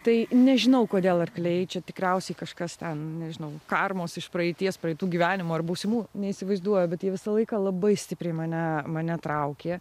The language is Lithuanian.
tai nežinau kodėl arkliai čia tikriausiai kažkas ten nežinau karmos iš praeities praeitų gyvenimų ar būsimų neįsivaizduoju bet visą laiką labai stipriai mane mane traukė